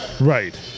Right